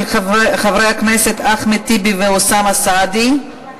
של חברי הכנסת אחמד טיבי ואוסאמה סעדי.